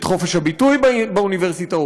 את חופש הביטוי באוניברסיטאות,